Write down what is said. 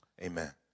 Amen